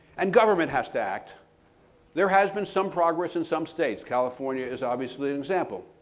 and government has to act there has been some progress in some states. california is obviously an example,